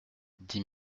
dix